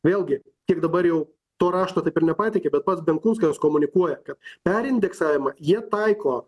vėlgi tik dabar jau to rašto taip ir nepateikė bet pats benkunskas komunikuoja kad perindeksavimą jie taiko